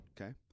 okay